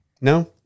No